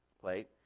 plate